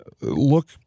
look